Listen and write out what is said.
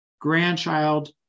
grandchild